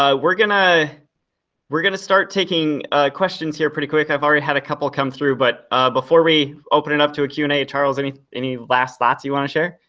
we're gonna we're gonna start taking questions here pretty quick, i've already had a couple come through, but before we open it up to a q and a, charles, i mean any last thoughts you wanna share?